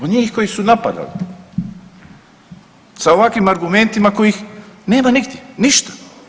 Od njih koji su napadali, sa ovakvim argumentima kojih nema nigdje, ništa.